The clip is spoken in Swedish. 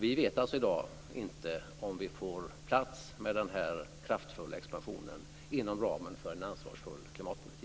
Vi vet alltså inte i dag om vi får plats med den här kraftfulla expansionen inom ramen för en ansvarsfull klimatpolitik.